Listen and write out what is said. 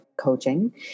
coaching